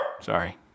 sorry